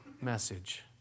message